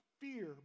fear